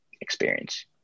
experience